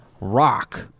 rock